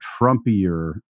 Trumpier